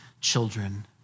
children